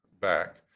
back